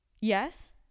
yes